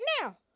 now